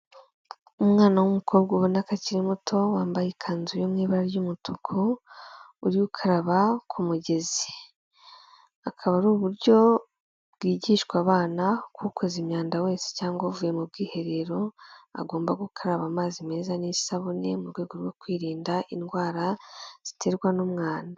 Umwana w'umukobwa ubona ko akiri muto wambaye ikanzu yo mu ibara ry'umutuku uri gukaraba ku mugezi, akaba ari uburyo bwigishwa abana ko ukoze imyanda wese cyangwa uvuye mu bwiherero agomba gukaraba amazi meza n'isabune mu rwego rwo kwirinda indwara ziterwa n'umwanda.